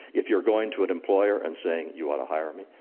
if you're going to an employer and saying you ought to hire me.